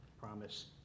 promise